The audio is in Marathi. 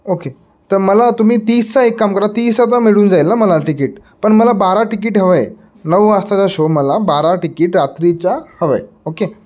ओके तर मला तुम्ही तीसचा एक काम करा तीसचा मिळून जाईल ना मला तिकीट पण मला बारा तिकीट हवं आहे नऊ वाजताचा शो मला बारा तिकीट रात्रीच्या हवं आहे ओके